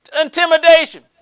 intimidation